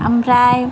ओमफ्राय